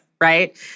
right